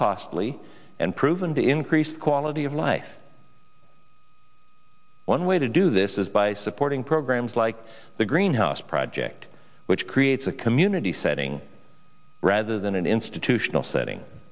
costly and proven to increase quality of life one way to do this is by supporting programs like the green house project which creates a community setting rather than an institutional setting